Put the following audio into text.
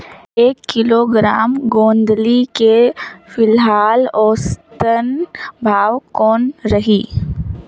एक किलोग्राम गोंदली के फिलहाल औसतन भाव कौन रही?